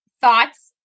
thoughts